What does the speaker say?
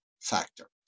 factor